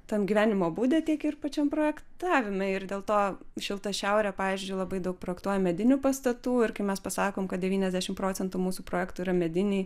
tam gyvenimo būde tiek ir pačiam projektavime ir dėl to šilta šiaurė pavyzdžiui labai daug projektuoja medinių pastatų ir kai mes pasakom kad devyniasdešim procentų mūsų projektų yra mediniai